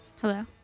Hello